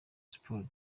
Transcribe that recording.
sports